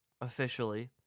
Officially